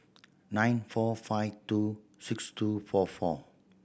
nine four five two six two four four